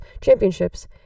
Championships